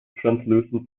translucent